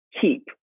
keep